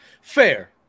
Fair